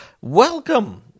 welcome